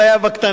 זה היה בקטנה.